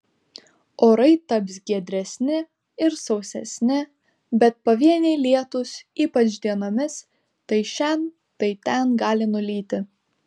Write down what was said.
orai taps giedresni ir sausesni bet pavieniai lietūs ypač dienomis tai šen tai ten gali nulyti